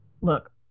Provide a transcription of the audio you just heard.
Look